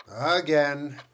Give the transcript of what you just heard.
Again